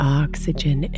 oxygen